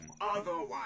Otherwise